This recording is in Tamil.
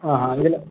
ஆஹான் இதில்